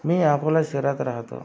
मी अकोला शहरात राहतो